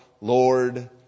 Lord